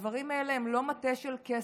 הדברים האלה הם לא מטה של קסם,